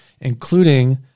including